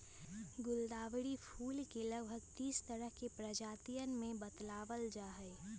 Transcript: गुलदावरी फूल के लगभग तीस तरह के प्रजातियन के बतलावल जाहई